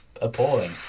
appalling